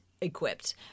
equipped